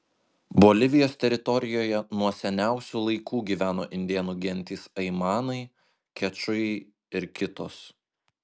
bolivijos teritorijoje nuo seniausių laikų gyveno indėnų gentys aimanai kečujai ir kitos